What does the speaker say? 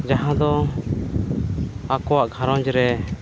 ᱡᱟᱦᱟᱸ ᱫᱚ ᱟᱠᱚᱣᱟᱜ ᱜᱷᱟᱨᱚᱸᱡᱽ ᱨᱮ